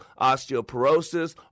osteoporosis